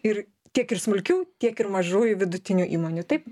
ir tiek ir smulkių tiek ir mažųjų vidutinių įmonių taip